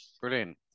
Brilliant